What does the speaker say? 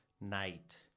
night